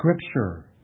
Scripture